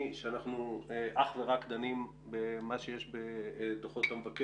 אך ורק בדוחות אלו,